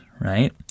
right